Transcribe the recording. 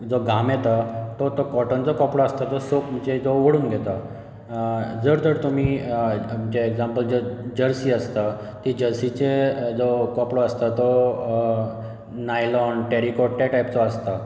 जो घाम येता तो तो कोटनचो कपडो आसता तो सोक म्हणजे तो ओडून घेता आनी जर तर तुमी म्हणजे एक्जांपल जर्सी आसता ती जर्सीचे जो कपडो आसता तो नायलोन टॅरिकोट टायपचो आसता